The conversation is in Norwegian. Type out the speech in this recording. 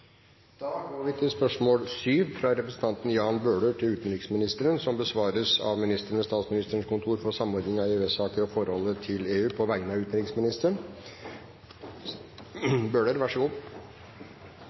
da utenriksministeren er bortreist. Spørsmål 7, fra representanten Jan Bøhler til utenriksministeren, vil bli besvart av ministeren ved Statsministerens kontor for samordning av EØS-saker og forholdet til EU, på vegne av utenriksministeren,